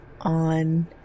on